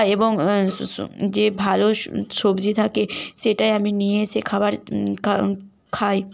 এবং যে ভালো সবজি থাকে সেটাই আমি নিয়ে এসে খাওয়ার খাই